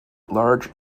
large